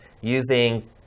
using